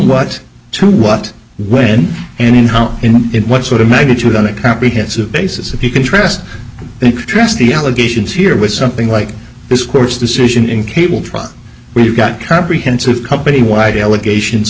what to what when and in how you know it what sort of magnitude on a comprehensive basis if you contrast stress the allegations here with something like this court's decision in cabletron we've got comprehensive company wide allegations